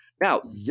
Now